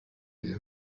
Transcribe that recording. dir